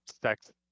sex